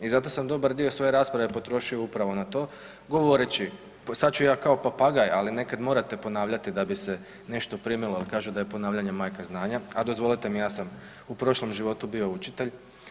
I zato sam dobar dio svoje rasprave potrošio upravo na to govoreći, sad ću ja kao papagaj ali nekad morate ponavljati da bi se nešto primilo jer kažu da je ponavljanje majka znanja a dozvolite mi, ja sam u prošlom životu bio učitelj.